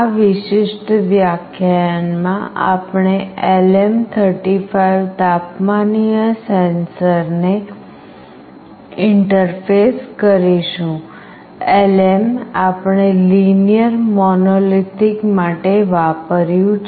આ વિશિષ્ટ વ્યાખ્યાનમાં આપણે LM35 તાપમાનીય સેન્સરને ઇન્ટરફેસ કરીશું LM આપણે Linear Monolithic માટે વાપર્યું છે